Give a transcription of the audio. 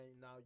now